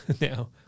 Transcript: now